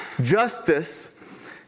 Justice